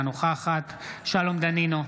אינה נוכחת שלום דנינו,